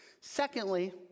Secondly